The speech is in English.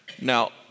Now